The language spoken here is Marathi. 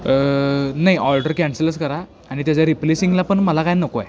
नाही ऑर्डर कॅन्सलच करा आणि त्याच्या रिप्लेसिंगला पण मला काही नको आहे